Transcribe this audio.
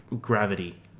gravity